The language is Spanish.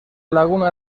laguna